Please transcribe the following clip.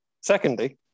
Secondly